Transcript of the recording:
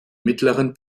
mittleren